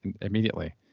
immediately